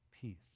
peace